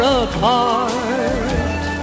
apart